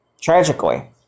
tragically